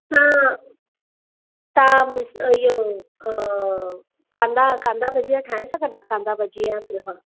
हा तव्हां इहो कांधा कांधा भजिया ठाहे सघंदा कांधा भजिया ऐं पोहा